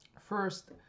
First